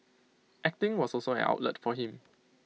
acting was also an outlet for him